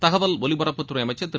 தகவல் ஒலிபரப்புத்துறை அமைச்ன் திரு